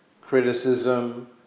criticism